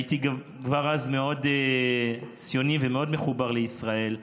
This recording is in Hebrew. הייתי כבר אז מאוד ציוני ומאוד מחובר לישראל,